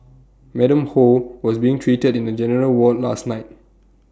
Madam ho was being treated in A general ward last night